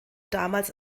damals